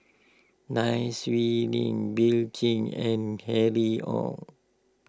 Nai Swee Leng Bill king and Harry Ord